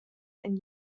and